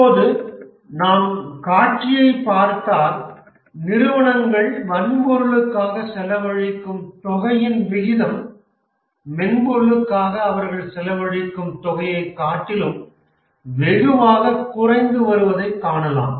இப்போது நாம் காட்சியைப் பார்த்தால் நிறுவனங்கள் வன்பொருளுக்காக செலவழிக்கும் தொகையின் விகிதம் மென்பொருளுக்காக அவர்கள் செலவழிக்கும் தொகையை காட்டிலும் வெகுவாகக் குறைந்து வருவதைக் காணலாம்